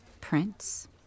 Prince